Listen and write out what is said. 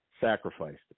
sacrificed